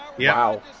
Wow